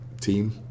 team